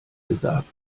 gesagt